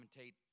commentate